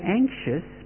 anxious